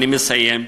אני מסיים.